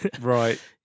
Right